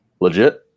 Legit